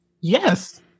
yes